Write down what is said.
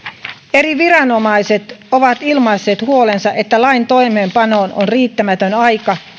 eri viranomaiset ovat ilmaisseet huolensa että aika lain toimeenpanoon on riittämätön